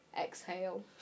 exhale